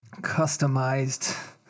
customized